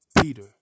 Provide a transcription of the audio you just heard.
Peter